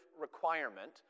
requirement